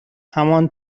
همان